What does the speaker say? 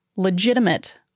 Legitimate